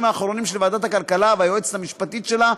האחרונים של ועדת הכלכלה והיועצת המשפטית שלה,